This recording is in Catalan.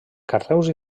carreus